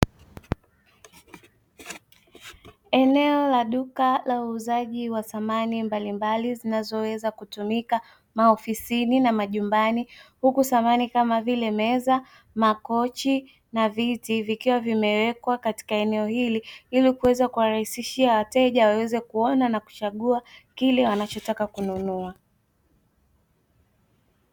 Eneo la dukani la uuzaji wa samani mbalimbali zinazoweza kutumika maofisini na majumbani, huku samani kama vile meza, makochi, na viti vikiwa vimewekwa katika eneo hili ili kuweza kuwarahisishia wateja waweze kuona na kuchagua kile wanachotaka kununua.